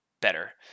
better